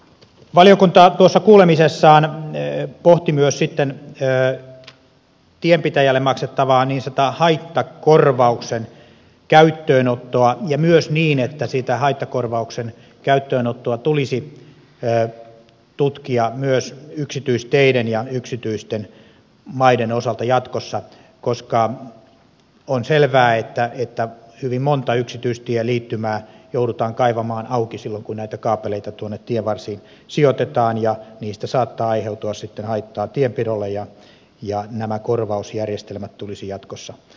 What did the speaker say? valiokunta tuossa kuulemisessaan pohti myös tienpitäjälle maksettavaa haittakorvauksen käyttöönottoa ja myös niin että siitä haittakorvauksen käyttöönottoa tulisi tutkia jatkossa myös yksityisteiden ja yksityisten maiden osalta koska on selvää että hyvin monta yksityistieliittymää joudutaan kaivamaan auki silloin kun näitä kaapeleita tuonne tienvarsiin sijoitetaan ja niistä saattaa aiheutua haittaa tienpidolle ja nämä korvausjärjestelmät tulisi jatkossa selvittää